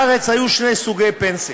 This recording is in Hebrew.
בארץ היו שני סוגי פנסיה: